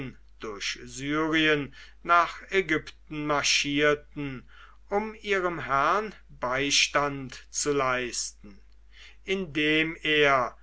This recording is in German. syrien nach ägypten marschierten um ihrem herrn beistand zu leisten indem er